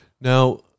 Now